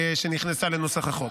שנכנסה לנוסח החוק.